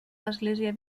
l’església